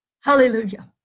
Hallelujah